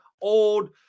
old